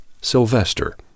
Sylvester